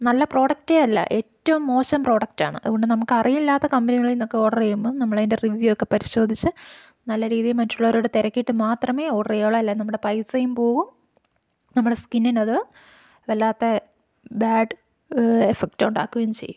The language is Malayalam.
നല്ല പ്രോഡക്റ്റേയല്ല ഏറ്റവും മോശം പ്രോഡക്റ്റാണ് അതുകൊണ്ട് നമുക്കറിയില്ലാത്ത കമ്പിനികളിൽ നിന്നൊക്കെ ഓർഡർ ചെയ്യുമ്പം നമ്മളതിൻ്റെ റിവ്യൂ ഒക്കെ പരിശോധിച്ച് നല്ല രീതിയിൽ മറ്റുള്ളവരോട് തിരക്കിയിട്ട് മാത്രമെ ഓർഡർ ചെയ്യാവുള്ളൂ അല്ലെ നമ്മുടെ പൈസയും പോകും നമ്മുടെ സ്കിന്നിന് അത് വല്ലാത്ത ബാഡ് എഫക്റ്റ് ഉണ്ടാക്കുകയും ചെയ്യും